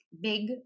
big